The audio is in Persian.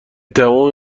تموم